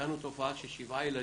מצאנו תופעה של שבעה ילדים,